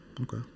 Okay